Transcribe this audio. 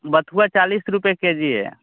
बथुआ चालीस रुपये के जी है